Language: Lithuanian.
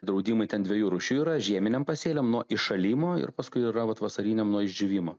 draudimai ten dviejų rūšių yra žieminiam pasėliam nuo iššalimo ir paskui yra vat vasariniam nuo išdžiūvimo